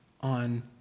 on